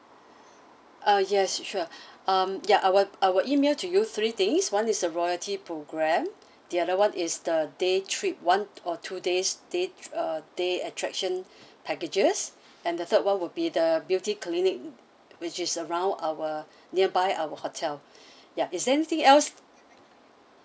ah yes sure um ya I will I will email to you three things one is a royalty programme the other one is the day trip one or two days day uh day attraction packages and the third one will be the beauty clinic which is around our nearby our hotel ya is anything else